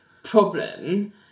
problem